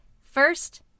First